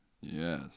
Yes